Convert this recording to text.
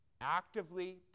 actively